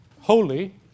holy